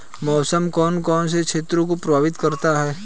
मौसम कौन कौन से क्षेत्रों को प्रभावित करता है?